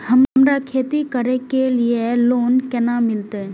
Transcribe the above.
हमरा खेती करे के लिए लोन केना मिलते?